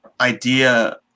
idea